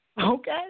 Okay